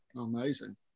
Amazing